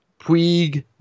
Puig